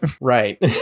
Right